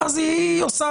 אז היא עושה,